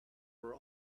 were